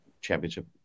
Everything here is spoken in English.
championship